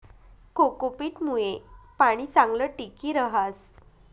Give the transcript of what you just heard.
cocopeat मुये पाणी चांगलं टिकी रहास